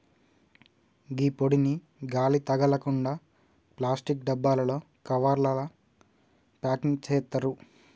గీ పొడిని గాలి తగలకుండ ప్లాస్టిక్ డబ్బాలలో, కవర్లల ప్యాకింగ్ సేత్తారు